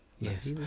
Yes